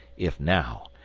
if, now,